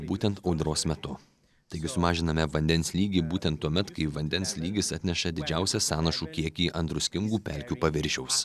būtent audros metu taigi sumažiname vandens lygį būtent tuomet kai vandens lygis atneša didžiausią sąnašų kiekį ant druskingų pelkių paviršiaus